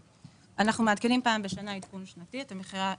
אנחנו מעדכנים פעם בשנה עדכון שנתי את מחירי החשמל.